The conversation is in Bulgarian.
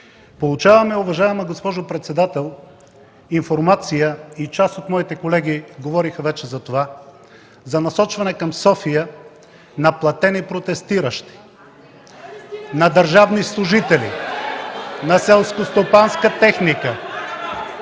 получаваме, уважаема госпожо председател, информация и част от моите колеги говориха вече за това, за насочване към София на платени протестиращи, на държавни служители, на селскостопанска техника.